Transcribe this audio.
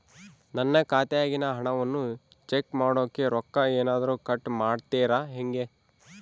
ನನ್ನ ಖಾತೆಯಾಗಿನ ಹಣವನ್ನು ಚೆಕ್ ಮಾಡೋಕೆ ರೊಕ್ಕ ಏನಾದರೂ ಕಟ್ ಮಾಡುತ್ತೇರಾ ಹೆಂಗೆ?